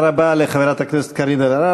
תודה רבה לחברת הכנסת קארין אלהרר.